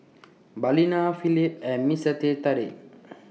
Balina Phillips and Mister Teh Tarik